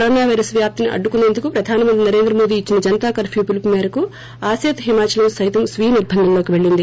corona virus వ్యాప్తిని అడ్డుకునేందుకు ప్రధాన మంత్రి నరేంద్ర మోదీ ఇచ్చిన జనతా కర్న్న్ పిలుపు మేరకు ఆసతుహిమదలం సైతం స్పీయనిర్బందంలోకి వెళ్ళింది